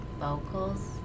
vocals